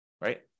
right